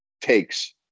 takes